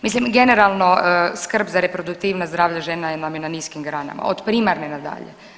Mislim generalno skrb za reproduktivnost zdravlja žena nam je na niskim granama od primarne na dalje.